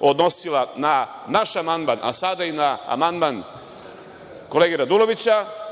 odnosila na naš amandman, a sada i na amandman kolege Radulovića,